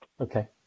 Okay